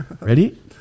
Ready